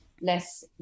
less